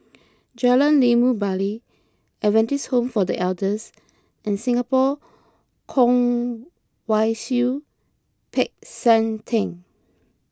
Jalan Limau Bali Adventist Home for the Elders and Singapore Kwong Wai Siew Peck San theng